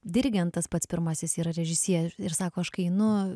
dirigentas pats pirmasis yra režisierius ir sako aš kai nu